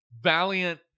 valiant